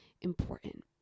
important